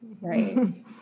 right